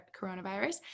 coronavirus